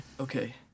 Okay